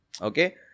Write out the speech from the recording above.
Okay